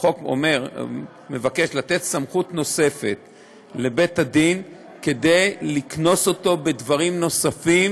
החוק מבקש לתת סמכות לבית-הדין לקנוס אותו בדברים נוספים,